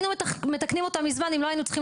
היינו מתקנים אותה מזמן אם לא היינו צריכים